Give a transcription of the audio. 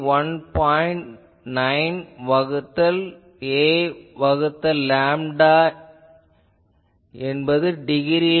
9 வகுத்தல் a வகுத்தல் lambda டிகிரியில்